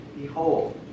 Behold